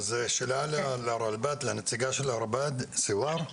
שאלה לנציגה של הרלב"ד סיור.